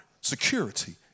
security